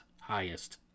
highest